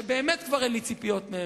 שבאמת כבר אין לי שום ציפיות מהם,